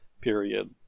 period